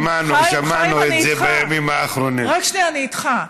שמענו, שמענו את זה, חיים, אני איתך.